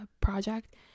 project